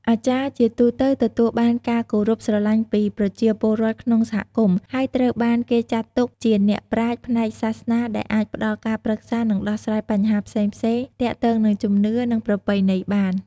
អាចារ្យជាទូទៅទទួលបានការគោរពស្រលាញ់ពីប្រជាពលរដ្ឋក្នុងសហគមន៍ ហើយត្រូវបានគេចាត់ទុកជាអ្នកប្រាជ្ញផ្នែកសាសនាដែលអាចផ្ដល់ការប្រឹក្សា និងដោះស្រាយបញ្ហាផ្សេងៗទាក់ទងនឹងជំនឿ និងប្រពៃណីបាន។